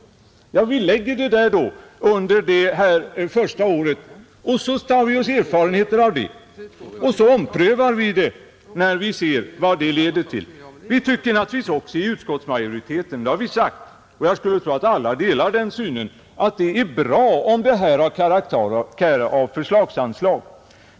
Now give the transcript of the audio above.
Då stannar vi vid den anslagsformen under det första året och drar erfarenheter av den, Därefter omprövar vi det hela när vi ser vart det leder. Naturligtvis tycker vi också i utskottsmajoriteten — det har vi sagt, och jag skulle tro att alla delar den uppfattningen — att det är bra om detta anslag har karaktär av förslagsanslag.